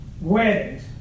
weddings